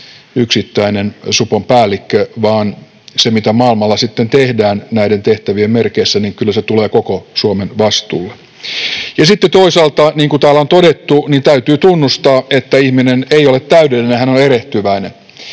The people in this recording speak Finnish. yksittäinen supon päällikkö, vaan se, mitä maailmalla sitten tehdään näiden tehtävien merkeissä, tulee kyllä koko Suomen vastuulle. Ja sitten toisaalta, niin kuin täällä on todettu, täytyy tunnustaa, että ihminen ei ole täydellinen, hän on erehtyväinen.